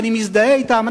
שאני מזדהה אתם.